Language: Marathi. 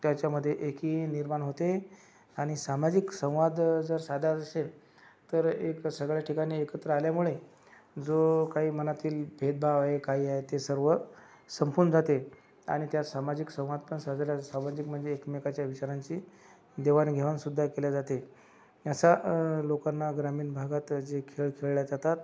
त्याच्यामध्ये एकी निर्माण होते आणि सामाजिक संवाद जर साधायचा असेल तर एक सगळ्या ठिकाणी एकत्र आल्यामुळे जो काही मनातील भेदभाव आहे काही आहे ते सर्व संपून जाते आणि त्या सामाजिक संवाद पण साजरा सामाजिक म्हणजे एकमेकाच्या विचारांची देवाणघेवाणसुद्धा केल्या जाते याचा लोकांना ग्रामीण भागात जे खेळ खेळल्या जातात